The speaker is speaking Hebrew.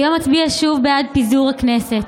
היום אצביע שוב בעד פיזור הכנסת.